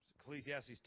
Ecclesiastes